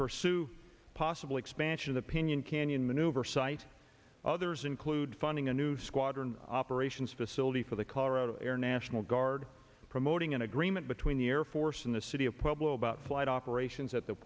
pursue possible expansion opinion kanyon maneuver site others include funding a new squadron operations facility for the colorado air national guard promoting an agreement between the air force in the city a problem about flight operations at the